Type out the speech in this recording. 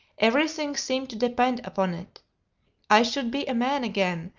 everything seemed to depend upon it i should be a man again,